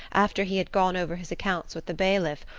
after he had gone over his accounts with the bailiff,